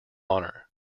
honor